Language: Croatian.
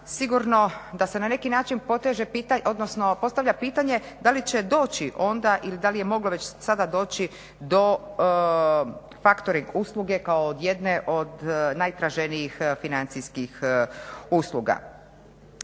sigurno da se na neki način postavlja pitanje da li će doći onda i da li je moglo već sada doći do factoring usluge kao jedne od najtraženijih financijskih usluga.